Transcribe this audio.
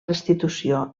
restitució